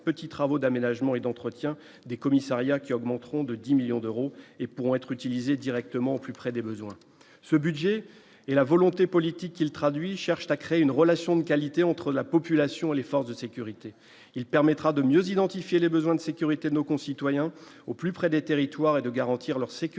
petits travaux d'aménagement et d'entretien des commissariats qui augmenteront de 10 millions d'euros et pourront être utilisés directement au plus près des besoins ce budget et la volonté politique qu'il traduit cherchent à créer une relation de qualité entre la population et les forces de sécurité, il permettra de mieux identifier les besoins de sécurité de nos concitoyens au plus près des territoires et de garantir leur sécurité